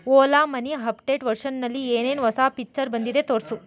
Ola money update ವರ್ಷನ್ನಲ್ಲಿ ಏನೇನು ಹೊಸ ಪಿಚ್ಚರ್ ಬಂದಿದೆ ತೋರಿಸು